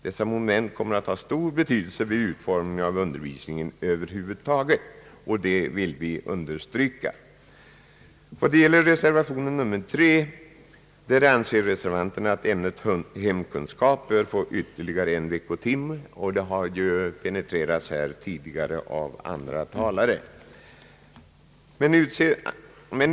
De här momenten får stor betydelse vid utformningen av undervisningen över huvud taget, och det vill vi understryka. I reservation 3 anser reservanterna att ämnet hemkunskap bör få ytterligare en veckotimme i årskurs 7 i stället för en timme fritt valt arbete — det har penetrerats här tidigare av andra talare.